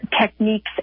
techniques